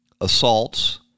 Assaults